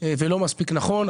ולא מספיק נכון,